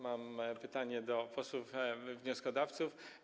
Mam pytanie do posłów wnioskodawców.